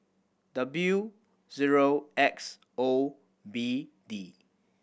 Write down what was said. W zero X O B D